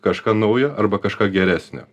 kažką naujo arba kažką geresnio